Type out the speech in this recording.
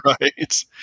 right